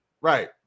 Right